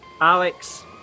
Alex